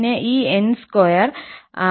പിന്നെ ഈ 𝑛2 അവിടെയുണ്ട്